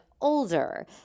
older